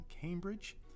Cambridge